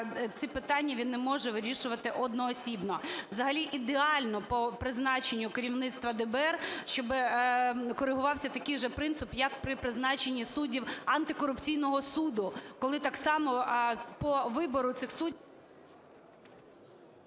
ці питання він не може вирішувати одноосібно. Взагалі ідеально по призначенню керівництва ДБР, щоби корегувався такий же принцип, як при призначенні суддів антикорупційного суду. Коли так само по вибору цих…